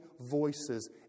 voices